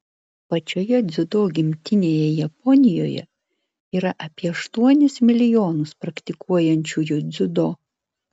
pačioje dziudo gimtinėje japonijoje yra apie aštuonis milijonus praktikuojančiųjų dziudo